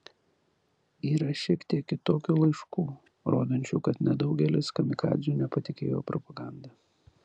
yra šiek tiek kitokių laiškų rodančių kad nedaugelis kamikadzių nepatikėjo propaganda